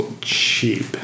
cheap